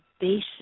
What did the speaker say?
base